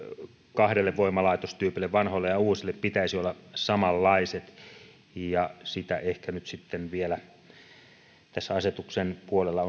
kahdelle voimalaitostyypille vanhoille ja uusille pitäisi olla samanlaiset ja sitä ehkä on vielä syytä tarkastella asetuksen puolella